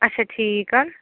اَچھا ٹھیٖک